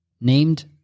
Named